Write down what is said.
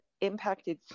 impacted